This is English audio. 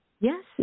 Yes